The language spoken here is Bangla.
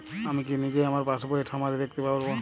আমি কি নিজেই আমার পাসবইয়ের সামারি দেখতে পারব?